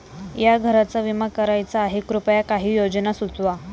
या घराचा विमा करायचा आहे कृपया काही योजना सुचवा